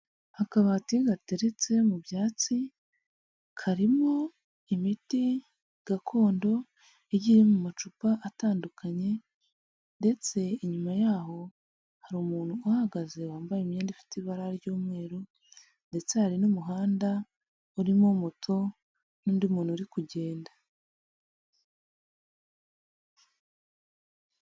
Akabati gateretse mu byatsi karimo imiti gakondo igiye iri mu macupa atandukanye ndetse inyuma yaho hari umuntu uhagaze wambaye imyenda ifite ibara ry'umweru ndetse hari n'umuhanda urimo moto n'undi muntu uri kugenda.